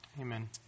Amen